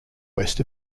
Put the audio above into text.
west